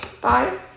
Bye